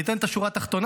אני אתן את השורה התחתונה,